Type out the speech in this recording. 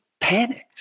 panicked